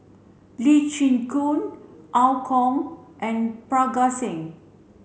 Lee Chin Koon Kong and Parga Singh